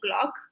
clock